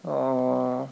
orh